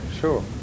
sure